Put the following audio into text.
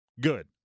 Good